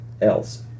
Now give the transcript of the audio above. else